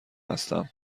هستم